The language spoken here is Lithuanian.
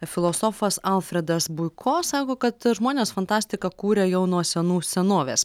filosofas alfredas buiko sako kad žmonės fantastiką kūrė jau nuo senų senovės